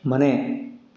ಮನೆ